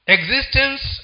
Existence